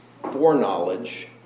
foreknowledge